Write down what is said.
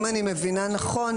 אם אני מבינה נכון,